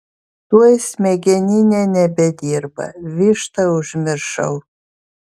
tuoj smegeninė nebedirba vištą užmiršau